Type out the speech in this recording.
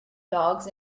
dogs